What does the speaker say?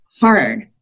hard